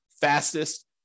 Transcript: fastest